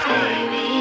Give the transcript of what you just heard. Baby